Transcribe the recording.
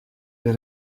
les